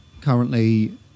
currently